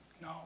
No